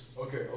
okay